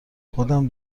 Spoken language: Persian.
خودم